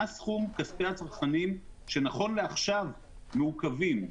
מה סכום כספי הצרכנים שנכון לעכשיו מעוכבים.